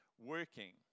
working